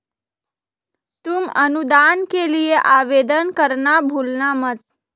तुम अनुदान के लिए आवेदन करना भूलना मत